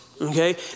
Okay